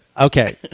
Okay